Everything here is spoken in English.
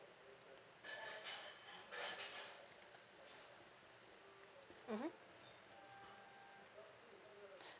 mmhmm